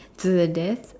to the death